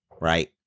right